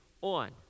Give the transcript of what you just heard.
on